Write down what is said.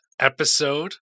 episode